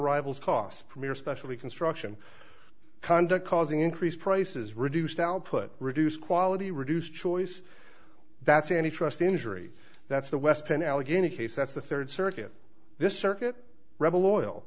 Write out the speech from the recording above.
arrivals cost premier especially construction conduct causing increased prices reduced output reduced quality reduce choice that's an interesting injury that's the west in allegheny case that's the third circuit this circuit rebel oil